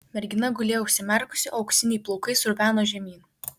mergina gulėjo užsimerkusi o auksiniai plaukai sruveno žemyn